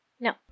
No